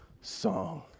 song